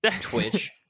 twitch